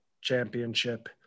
Championship